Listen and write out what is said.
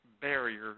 barrier